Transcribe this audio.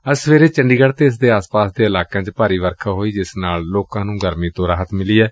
ਅੱਜ ਸਵੇਰੇ ਚੰਡੀਗੜ ਅਤੇ ਇਸ ਦੇ ਆਸ ਪਾਸ ਦੇ ਇਲਾਕਿਆਂ ਚ ਭਾਰੀ ਵਰਖਾ ਹੋਈ ਜਿਸ ਨਾਲ ਲੋਕਾਂ ਨੂੰ ਗਰਮੀ ਤੋਂ ਰਾਹਤ ਮਿਲੀ ਏ